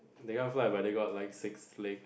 they can't fly but they got like six legs